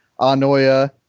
Anoia